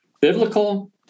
biblical